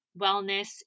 wellness